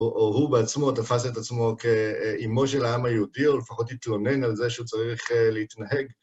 או הוא בעצמו תפס את עצמו כאימו של העם היהודי, או לפחות התלונן על זה שהוא צריך להתנהג.